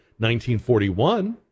1941